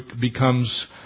becomes